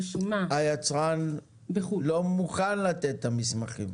היצרן לא מוכן לתת את המסמכים.